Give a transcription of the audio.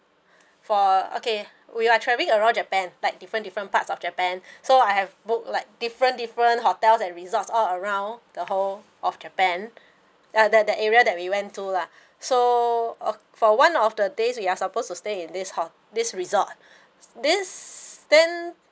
for okay we were travelling around japan like different different parts of japan so I have book like different different hotels and resorts all around the whole of japan ya that that area that we went to lah so for one of the days we are supposed to stay in this ho~ this resort this then